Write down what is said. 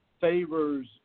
favors